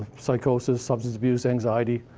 psychosis, substance abuse, anxiety,